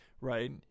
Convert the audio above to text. right